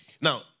Now